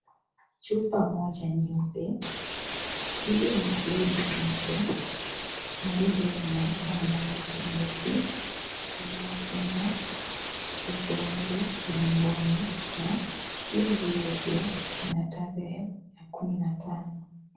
Chupa moja nyeupe, iliyo na lebo nyeupe na lebo hiyo ilmeandikwa na rangi nyeusi inayosema, vidonge vya ngono na lebo hiyo pia ina tarehe ya kumi na tano.